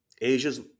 Asia's